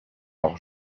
leur